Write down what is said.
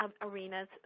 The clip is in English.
arenas